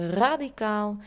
radicaal